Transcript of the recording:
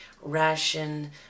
ration